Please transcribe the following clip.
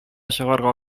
чыгарырга